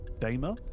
Damer